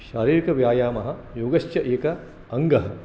शारीरिकव्यायामः योगस्य एक अङ्गः